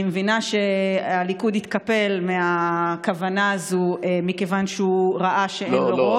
אני מבינה שהליכוד התקפל מהכוונה הזו מכיוון שהוא ראה שאין לו רוב.